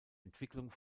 entwicklung